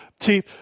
See